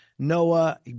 Noah